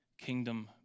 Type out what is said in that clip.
kingdom